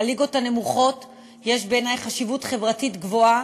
לליגות הנמוכות יש בעיני חשיבות חברתית גבוהה,